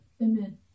Amen